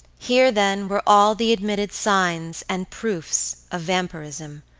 here then, were all the admitted signs and proofs of vampirism.